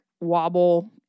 wobble